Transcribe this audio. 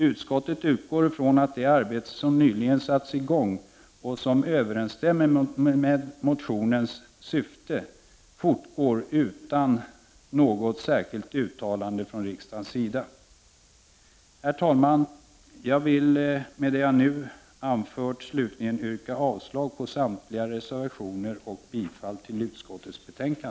Utskottet utgår ifrån att det arbete som satts i gång och som överensstämmer med motionens syfte fortgår utan något särskilt uttalande från riksdagens sida. Herr talman! Jag vill med det jag nu anfört slutligen yrka avslag på samtliga reservationer och bifall till utskottets hemställan.